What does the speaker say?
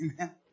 Amen